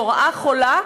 זו רעה חולה.